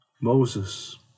Moses